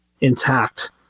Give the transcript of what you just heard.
intact